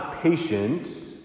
patience